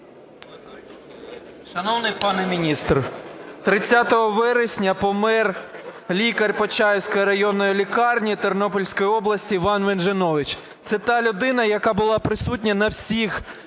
Шановний пане міністр, 30 вересня помер лікар Почаївської районної лікарні Тернопільської області Іван Венжинович. Це та людина, яка була присутня на всіх